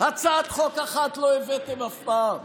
הצעת חוק אחת לא הבאתם אף פעם,